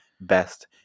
best